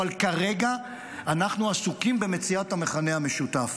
אבל כרגע אנחנו עסוקים במציאת המכנה המשותף,